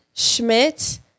schmidt